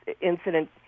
incident